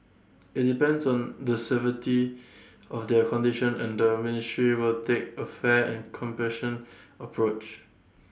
IT depends on the severity of their condition and the ministry will take A fair and compassionate approach